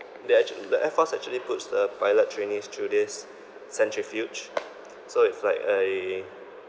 they act~ the air force actually puts the pilot trainees through this centrifuge so it's like a